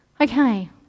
Okay